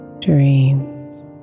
dreams